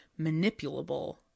manipulable